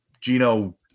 Gino